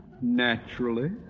Naturally